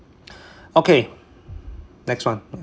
okay next one yeah